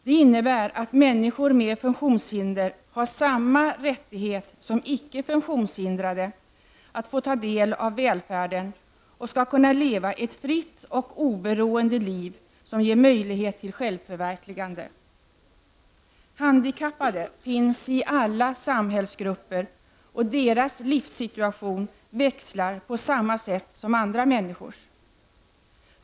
Det innebär att människor med funktionshinder har samma rättighet som icke funktionshindrade att få ta del av välfärden, och att de skall kunna leva ett fritt och oberoende liv som ger möjlighet till självförverkligande. Handikappade finns i alla samhällsgrupper, och deras livssituation växlar på samma sätt som andra människors.